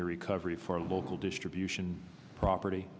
year recovery for local distribution property